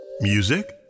music